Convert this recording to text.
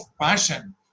passion